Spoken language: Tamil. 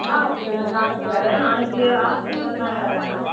ஆ ஓகே மேம் நாளைக்கு வரேன் நாளைக்கு ஆஃப்டர்நூன்க்கு மேலே வரேன் மேம்